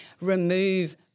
remove